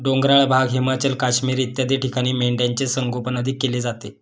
डोंगराळ भाग, हिमाचल, काश्मीर इत्यादी ठिकाणी मेंढ्यांचे संगोपन अधिक केले जाते